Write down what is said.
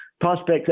prospects